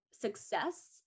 success